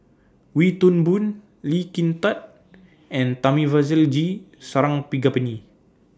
Wee Toon Boon Lee Kin Tat and Thamizhavel G Sarangapani